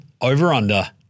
over-under